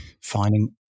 finding